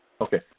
Okay